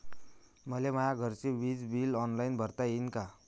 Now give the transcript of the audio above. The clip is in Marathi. मले माया घरचे विज बिल ऑनलाईन भरता येईन का?